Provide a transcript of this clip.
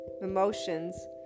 emotions